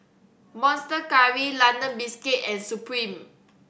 Monster Curry London Biscuits and Supreme